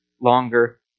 longer